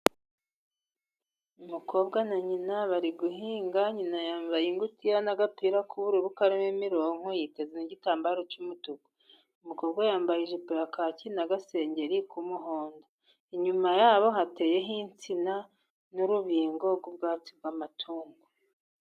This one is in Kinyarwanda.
Umukobwa na nyina bari guhinga, nyina yambaye ingutiya n'agapira kubururu karimo imirongo yiteze n'igitambaro cy'umutuku, umukobwa yambaye ijipo yakaki n'agaseri k'umuhondo. Inyuma yabo hateyeho insina n'urubingo rw'ubwatsi bw'amatungo.